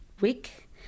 week